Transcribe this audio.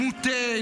מוטה,